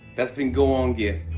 that's been go on, git.